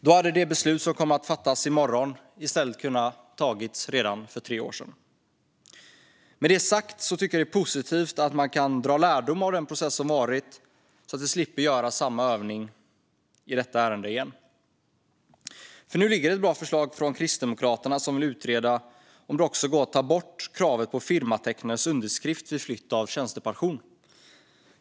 Då hade det beslut som kommer att fattas i dag i stället kunnat fattas redan för tre år sedan. Med det sagt tycker jag att det är positivt att man har kunnat dra lärdom av den process som har varit så att vi slipper göra samma övning igen i detta ärende. En utvidgad rätt till återköp och flytt av fond och depåförsäk-ringar Nu finns det ett bra förslag från Kristdemokraterna där man vill utreda om det också går att ta bort kravet på firmatecknares underskrift vid flytt av tjänstepension.